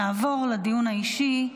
נעבור לדיון האישי.